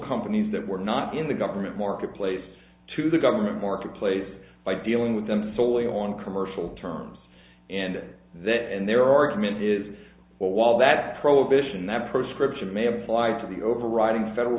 companies that were not in the government marketplace to the government marketplace by dealing with them soley on commercial terms and that and their argument is while that prohibition that proscription may have applied to the overriding federal